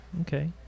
okay